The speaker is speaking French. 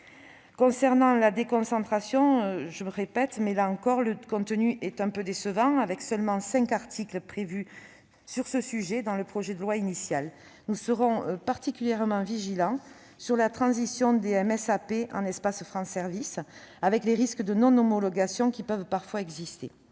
Concernant la déconcentration, je le répète, là encore, le contenu est décevant avec seulement cinq articles sur ce sujet dans le projet de loi initial. Nous serons particulièrement vigilants sur la transition des MSAP en espaces France Services, avec les risques de non-homologation qui peuvent parfois exister.